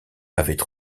avaient